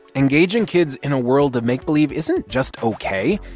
engaging kids in a world of make-believe isn't just ok.